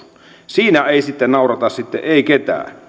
siinä ei sitten naurata ei ketään